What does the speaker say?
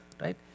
right